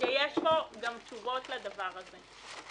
שיש כאן תשובות לדבר הזה.